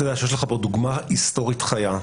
אתה יודע שיש לך כאן דוגמה היסטורית חיה.